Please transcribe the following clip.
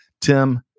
Tim